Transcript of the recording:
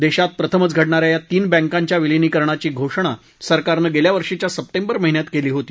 देशात प्रथमच घडणाऱ्या या तीन बँकांच्या विलीनीकरणाची घोषणा सरकारनं गेल्या वर्षीच्या सप्टेंबर महिन्यात केली होती